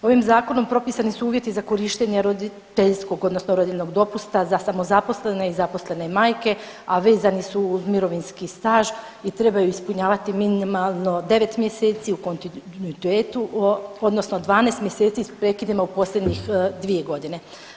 Ovim zakonom propisani su uvjeti za korištenje roditeljskog odnosno rodiljnog dopusta za samozaposlene i zaposlene majke, a vezane su uz mirovinski staž i trebaju ispunjavati minimalno 9 mjeseci u kontinuitetu odnosno 12 mjeseci s prekidima u posljednjih 2 godine.